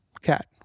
cat